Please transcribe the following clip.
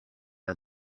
are